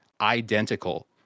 identical